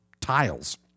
tiles